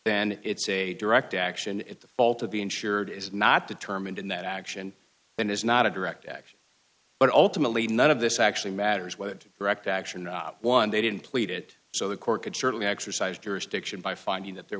then it's a direct action at the fault of the insured is not determined in that action and is not a direct action but ultimately none of this actually matters what direct action no one they didn't plead it so the court could certainly exercise jurisdiction by finding that there